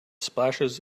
splashes